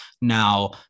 Now